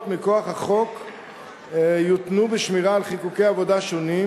מכוחו יותנו בשמירה על חיקוקי עבודה שונים,